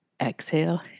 Exhale